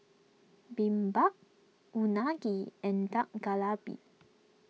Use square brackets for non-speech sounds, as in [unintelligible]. Bibimbap Unagi and Dak [unintelligible]